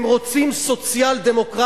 הם רוצים סוציאל-דמוקרטיה.